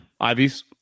ivy's